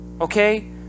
Okay